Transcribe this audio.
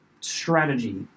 strategy